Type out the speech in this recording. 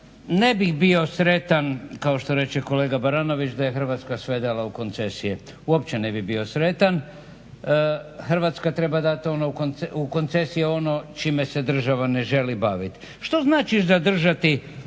ne bih bio sretan, kao što reče kolega Baranović, da je Hrvatska sve dala u koncesije, uopće ne bih bio sretan. Hrvatska treba dati u koncesije ono čime se država ne želi baviti. Što znači zadržati